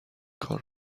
کار